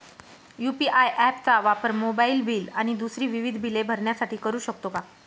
UPI app चा वापर mobile bill आणि दुसरी विविध बिले भरण्यासाठी करू शकतो का?